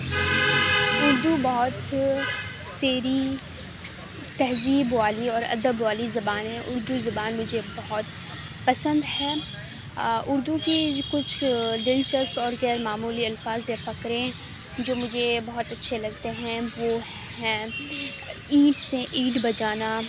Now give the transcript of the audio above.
اردو بہت شیریں تہذیب والی اور ادب والی زبان ہے اردو زبان مجھے بہت پسند ہے اردو کی کچھ دلچسپ اور غیر معمولی الفاظ یا فقریں جو مجھے بہت اچھے لگتے ہیں وہ ہیں اینٹ سے اینٹ بجانا